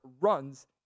runs